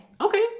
Okay